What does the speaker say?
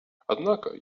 однако